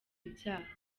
ibyaha